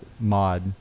mod